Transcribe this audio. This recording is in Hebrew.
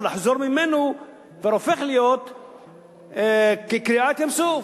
לחזור ממנו כבר הופך להיות כקריעת ים סוף,